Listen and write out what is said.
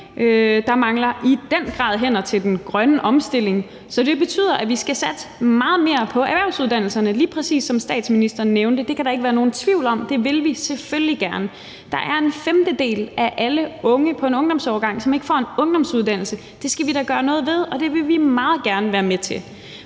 Der mangler i den grad hænder til den grønne omstilling. Så det betyder, at vi skal satse meget mere på erhvervsuddannelserne, lige præcis som statsministeren nævnte. Det kan der ikke være nogen tvivl om. Det vil vi selvfølgelig gerne. Det er en femtedel af alle unge på en ungdomsårgang, som ikke får en ungdomsuddannelse. Det skal vi da gøre noget ved, og det vil vi meget gerne være med til.